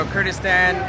Kurdistan